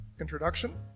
introduction